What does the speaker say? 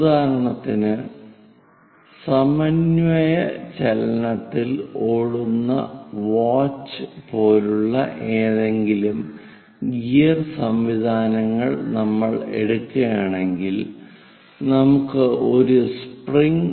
ഉദാഹരണത്തിന് സമന്വയ ചലനത്തിൽ ഓടുന്ന വാച്ച് പോലുള്ള ഏതെങ്കിലും ഗിയർ സംവിധാനങ്ങൾ നമ്മൾ എടുക്കുകയാണെങ്കിൽ നമുക്ക് ഒരു സ്പ്രിംഗ്